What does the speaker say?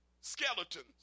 skeletons